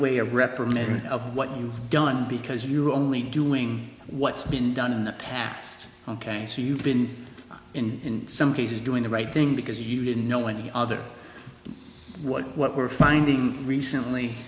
way a reprimand of what you've done because you're only doing what's been done in the past ok so you've been in some cases doing the right thing because you didn't know any other what what we're finding recently